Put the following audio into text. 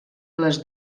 les